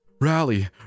Rally